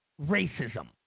racism